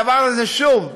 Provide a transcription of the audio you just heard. הדבר הזה, שוב,